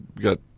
got